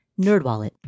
NerdWallet